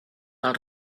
del